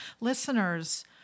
listeners